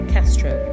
Castro